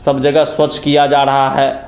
सब जगह स्वच्छ किया जा रहा है